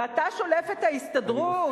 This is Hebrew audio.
ואתה שולף את ההסתדרות?